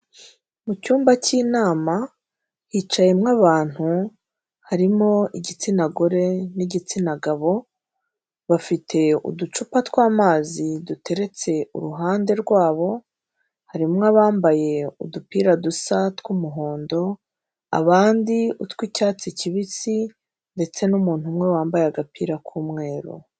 Mu cyumba cy'inama hicayemo abantu, harimo igitsina gore n'igitsina gabo, bafite uducupa tw'amazi duteretse uruhande rwabo, harimo abambaye udupira dusa tw'umuhondo, abandi utw'icyatsi kibisi ndetse n'umuntu umwe wambaye agapira k'umweru.